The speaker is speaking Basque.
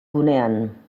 gunean